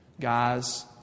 Guys